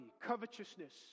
covetousness